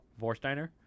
Vorsteiner